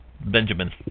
Benjamin